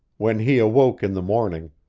when he awoke in the morning,